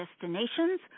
destinations